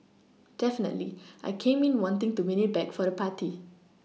definitely I came in wanting to win it back for the party